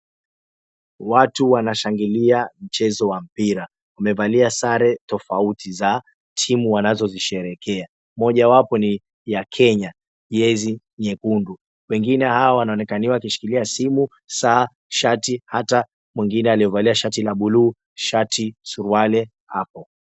Watu wanashangilia mchezo wa mpira, wamevalia sare tofauti za timu wanazozisherehekea. Moja wapo ni ya Kenya, jezi nyekundu. Wengine hawa wanaonekana wakishikilia simu, saa, shati hata mwingine aliyevalia shati la buluu, shati, suruali, hapo.